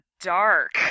dark